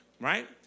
right